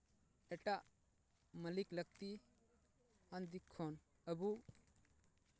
ᱮᱴᱟᱜ ᱢᱟᱹᱞᱤᱠ ᱞᱟᱹᱠᱛᱤ ᱟᱱᱫᱤᱠᱠᱷᱚᱱ ᱟᱹᱵᱩ